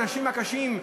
האנשים קשי היום,